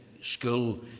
school